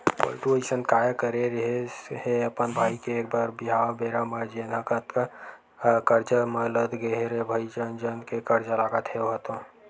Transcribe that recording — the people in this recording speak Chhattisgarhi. पलटू अइसन काय करे रिहिस हे अपन भाई के बर बिहाव बेरा म जेनहा अतका करजा म लद गे हे रे भई जन जन के करजा लगत हे ओहा तो